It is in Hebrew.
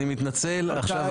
אני מתנצל עכשיו.